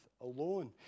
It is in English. alone